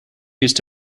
used